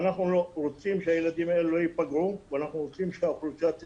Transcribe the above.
ואנחנו רוצים שהילדים האלה לא יפגעו ואנחנו רוצים שהאוכלוסייה תתקדם,